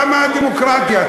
למה הדמוקרטיה?